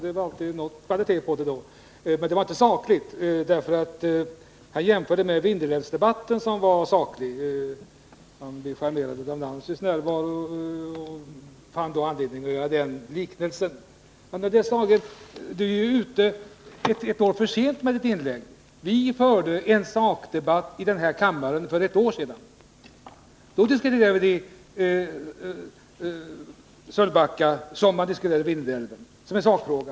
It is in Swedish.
Det var alltså viss kvalitet på det. Men enligt Anders Dahlgren var mitt anförande inte sakligt. Han jämförde denna debatt med Vindelälvsdebatten, som enligt honom var saklig. Anders Dahlgren berörde vad Nancy Eriksson då sade och fann anledning att göra den liknelsen. Men Anders Dahlgren är ute ett år för sent med sitt inlägg. I denna kammare förde vi för ett år sedan en sakdebatt i denna fråga. Då diskuterade vi Sölvbacka på samma sätt som vi diskuterade Vindelälven, som en sakfråga.